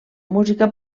música